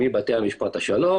מבתי משפט השלום,